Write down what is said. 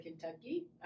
Kentucky